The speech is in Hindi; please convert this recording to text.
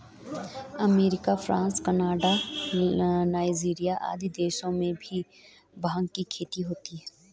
अमेरिका, फ्रांस, कनाडा, नाइजीरिया आदि देशों में भी भाँग की खेती होती है